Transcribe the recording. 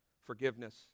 forgiveness